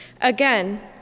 Again